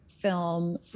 film